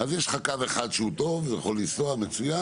אז יש לך קו אחד שהוא טוב, הוא יכול לנסוע מצוין,